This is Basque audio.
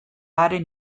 haren